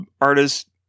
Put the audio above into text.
artists